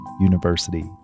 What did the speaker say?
University